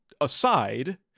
aside